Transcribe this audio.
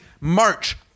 March